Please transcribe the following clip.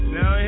Now